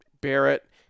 Barrett